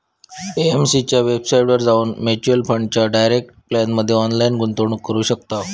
AMC च्या वेबसाईटवर जाऊन म्युच्युअल फंडाच्या डायरेक्ट प्लॅनमध्ये ऑनलाईन गुंतवणूक करू शकताव